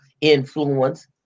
influence